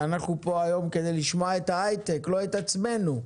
אנחנו פה היום כדי לשמוע את ההיי-טק, לא את עצמנו,